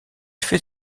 fait